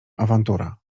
awantura